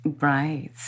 Right